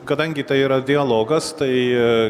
kadangi tai yra dialogas tai